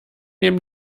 neben